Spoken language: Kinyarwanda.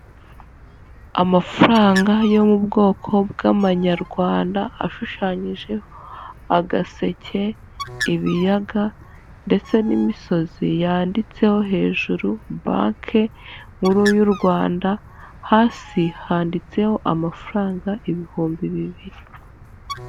Amafaranga yo mu bwoko bw'amanyarwanda, ashushanyijeho agaseke, ibiyaga ndetse n'imisozi, yanditseho hejuru banke nkuru y'u Rwanda, hasi handitseho amafaranga ibihumbi bibiri.